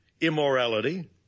immorality